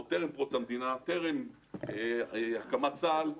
עוד טרם הקמת המדינה וטרם הקמת צה"ל,